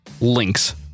links